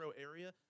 area